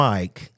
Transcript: Mike